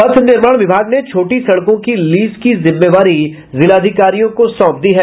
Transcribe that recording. पथ निर्माण विभाग ने छोटी सड़कों की लीज की जिम्मेवारी जिलाधिकारियों को सौंप दी है